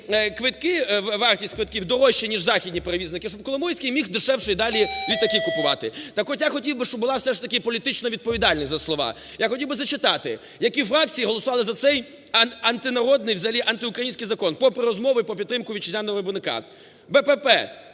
вартість квитків дорожче, ніж західні перевізники, щоб Коломойський міг дешевше і далі літаки купувати. Так от, я хотів би, щоб була все ж таки політична відповідальність за слова. Я хотів би зачитати, які фракції голосували за цей антинародний і взагалі антиукраїнський закон, попри розмови про підтримку вітчизняного виробника. "БПП":